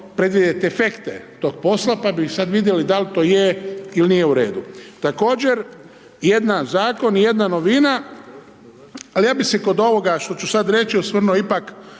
predvidjeti efekte tog posla pa bi sada vidjeli dal to je ili nije u redu. Također, jedan zakon, jedna novina, ali ja bi se kod ovoga što ću sada reći, osvrnuo ipak,